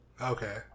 Okay